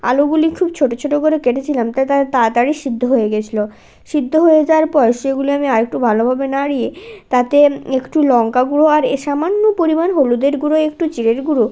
আলুগুলি খুব ছোট ছোট করে কেটেছিলাম তাতে আরও তাড়াতাড়ি সিদ্ধ হয়ে গিয়েছিল সিদ্ধ হয়ে যাওয়ার পর সেগুলো আমি আর একটু ভালোভাবে নাড়িয়ে তাতে একটু লঙ্কাগুঁড়ো আর এ সামান্য পরিমাণ হলুদের গুঁড়ো একটু জিরের গুঁড়ো